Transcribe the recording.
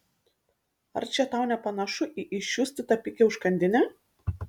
ar čia tau nepanašu į iščiustytą pigią užkandinę